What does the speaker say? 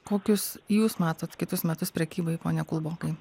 kokius jūs matot kitus metus prekybai pone kulbokai